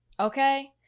Okay